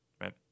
right